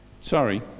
Sorry